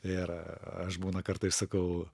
ir aš būna kartais sakau